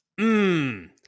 Mmm